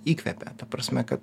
įkvepia ta prasme kad